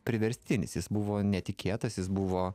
priverstinis jis buvo netikėtas jis buvo